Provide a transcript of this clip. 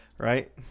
Right